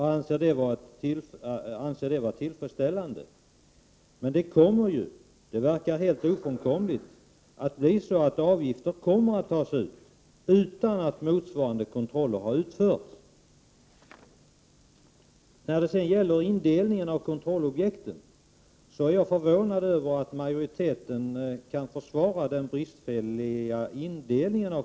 Han anser att 13 december 1989 detta är tillfredsställande. Men det blir ofrånkomligt att avgifter kommer att. tas ut utan att motsvarande kontroller har utförts. När det sedan gäller indelningen av kontrollobjekten vill jag säga att jag är förvånad över att majoriteten kan försvara bristerna i denna.